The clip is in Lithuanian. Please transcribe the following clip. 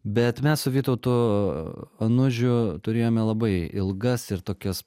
bet mes su vytautu anužiu turėjome labai ilgas ir tokias